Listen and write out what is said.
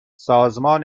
سازمان